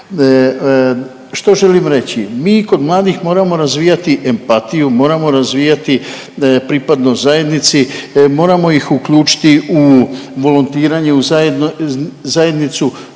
Što želim reći? Mi kod mladih moramo razvijati empatiju, moramo razvijati pripadnost zajednici, moramo ih uključiti u volontiranje, u zajednicu